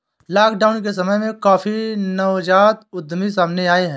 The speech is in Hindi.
लॉकडाउन के समय में काफी नवजात उद्यमी सामने आए हैं